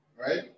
Right